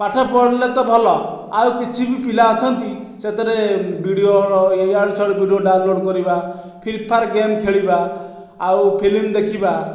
ପାଠ ପଢ଼ିଲେ ତ ଭଲ ଆଉ କିଛି ବି ପିଲା ଅଛନ୍ତି ସେଥିରେ ଭିଡ଼ିଓ ଇଆଡ଼ୁ ସିଆଡ଼ୁ ଭିଡ଼ିଓ ଡାଉନଲୋଡ୍ କରିବା ଫ୍ରି ଫାୟାର ଗେମ୍ ଖେଳିବା ଆଉ ଫିଲ୍ମ ଦେଖିବା